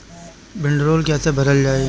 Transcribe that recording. भीडरौल कैसे भरल जाइ?